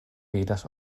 vidas